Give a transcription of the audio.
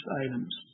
items